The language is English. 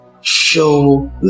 show